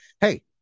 Hey